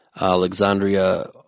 Alexandria